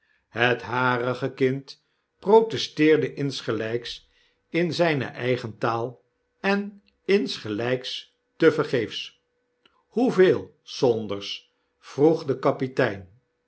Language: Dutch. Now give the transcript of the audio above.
het harige kind protesteerde insgelyks in zyne eigen taal en insgelyks tevergeefs hoeveel sands vroeg de kapitein